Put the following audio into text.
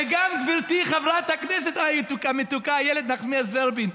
וגם, גברתי חברת הכנסת המתוקה איילת נחמיאס ורבין,